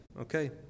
Okay